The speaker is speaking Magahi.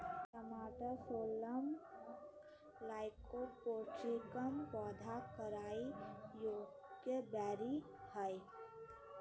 टमाटरसोलनम लाइकोपर्सिकम पौधा केखाययोग्यबेरीहइ